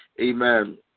amen